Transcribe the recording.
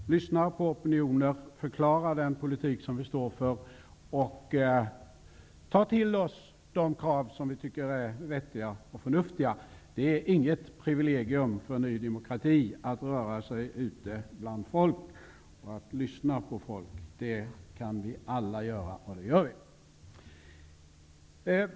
Vi lyssnar på opinioner, förklarar den politik som vi står för och tar till oss de krav som vi tycker är vettiga och förnuftiga. Det är inget privilegium för Ny demokrati att röra sig ute bland folk och att lyssna på folk. Det kan vi alla göra, och det gör vi.